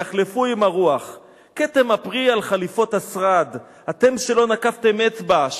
יחלפו עם הרוח/ כתם הפרי על חליפות השרד/ אתם שלא נקפתם אצבע,